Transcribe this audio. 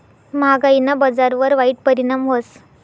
म्हागायीना बजारवर वाईट परिणाम व्हस